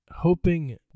Hoping